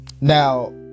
Now